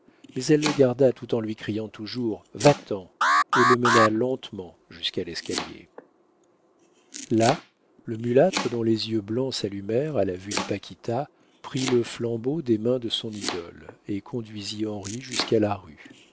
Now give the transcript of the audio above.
mais elle le garda tout en lui criant toujours va-t'en et le mena lentement jusqu'à l'escalier là le mulâtre dont les yeux blancs s'allumèrent à la vue de paquita prit le flambeau des mains de son idole et conduisit henri jusqu'à la rue